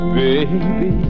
baby